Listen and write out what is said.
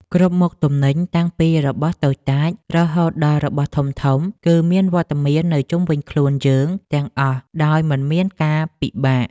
គ្រប់មុខទំនិញតាំងពីរបស់តូចតាចរហូតដល់របស់ធំៗ គឺមានវត្តមាននៅជុំវិញខ្លួនយើងទាំងអស់ដោយមិនមានការពិបាក។